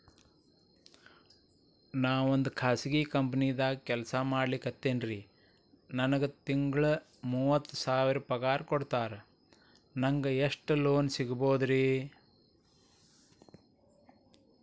ನಾವೊಂದು ಖಾಸಗಿ ಕಂಪನಿದಾಗ ಕೆಲ್ಸ ಮಾಡ್ಲಿಕತ್ತಿನ್ರಿ, ನನಗೆ ತಿಂಗಳ ಮೂವತ್ತು ಸಾವಿರ ಪಗಾರ್ ಕೊಡ್ತಾರ, ನಂಗ್ ಎಷ್ಟು ಲೋನ್ ಸಿಗಬೋದ ರಿ?